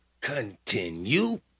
Continue